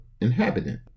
inhabitant